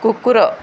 କୁକୁର